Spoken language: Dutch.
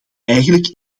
eigenlijk